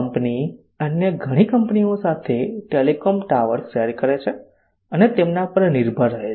company અન્ય ઘણી કંપનીઓ સાથે ટેલિકોમ ટાવર્સ શેર કરે છે અને તેમના પર નિર્ભર રહે છે